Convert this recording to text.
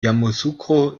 yamoussoukro